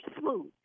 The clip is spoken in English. smooth